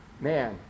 man